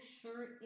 sure